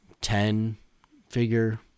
ten-figure